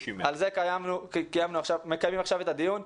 על זה אנחנו מקיימים עכשיו את הדיון.